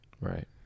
Right